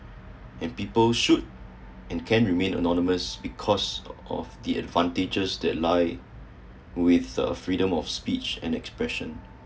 and people should and can remain anonymous because of the advantages that lie with the freedom of speech and expression